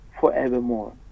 forevermore